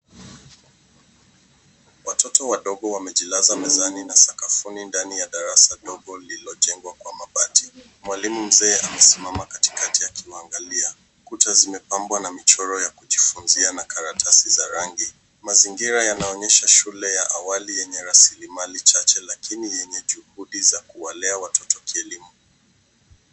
Watoto wadogo wamejilaza mezani na sakafuni ndani ya darasa ndogo lililojengwa kwa mabati. Mwalimu mzee amesimama katikati akimwangalia. Kuta zimepambwa na michoro ya kujifunzia na karatasi za rangi. Mazingira yanaonyesha shule ya awali yenye rasilimali chache lakini yenye juhudi za kuwalea watoto kielimu.